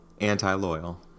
Anti-loyal